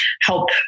help